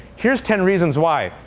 here's ten reasons why.